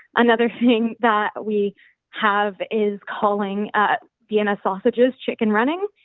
another thing that we have is calling vienna sausages chicken runnings.